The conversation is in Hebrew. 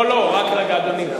לא לא, רק רגע, אדוני.